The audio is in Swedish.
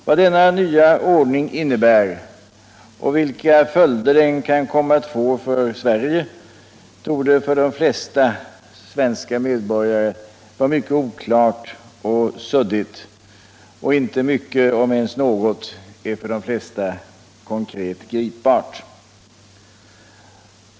Vad denna nya ordning innebär och vilka följder den kan få för Sverige torde för de flesta svenska medborgare var mycket oklart, och inte mycket, om ens något, är för de flesta konkret gripbart.